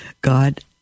God